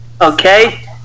Okay